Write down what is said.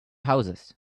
houses